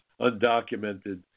undocumented